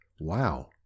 Wow